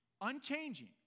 unchanging